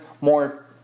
more